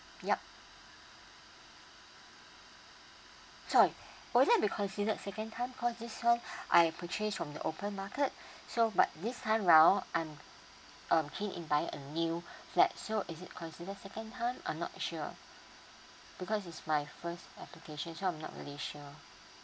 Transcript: yup sorry will that be considered a second time cause this one I purchased from the open market so but this time round I'm um keen in buying a new flat so is it considered second time I'm not sure because it's my first application so I'm not really sure